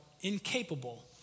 incapable